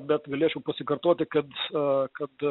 bet galėčiau pasikartoti kad a kad